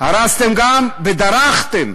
הרסתם גם, ודרכתם